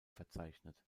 verzeichnet